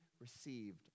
received